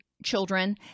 children